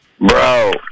Bro